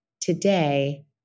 today